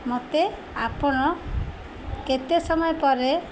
ମୋତେ ଆପଣ କେତେ ସମୟ ପରେ